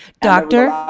doctor,